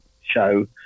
show